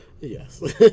Yes